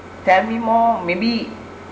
tell me more maybe